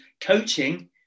coaching